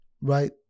Right